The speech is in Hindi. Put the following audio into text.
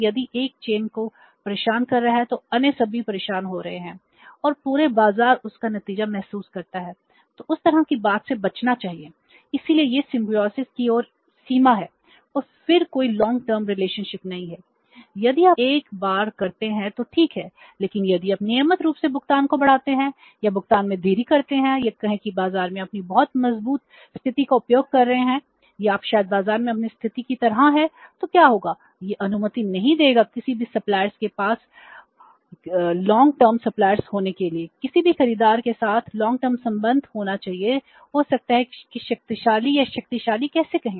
यदि आप एक बार करते हैं तो ठीक है लेकिन यदि आप नियमित रूप से भुगतान को बढ़ाते हैं या भुगतान में देरी करते हैं या कहें कि बाजार में अपनी बहुत मजबूत स्थिति का उपयोग कर रहे हैं या आप शायद बाजार में अपनी स्थिति की तरह है तो क्या होगा यह अनुमति नहीं देगा किसी भी सप्लायर्स होने के लिए किसी भी खरीदार के साथ दीर्घकालिक संबंध होना चाहिए हो सकता है कि शक्तिशाली या शक्तिशाली कैसे कहे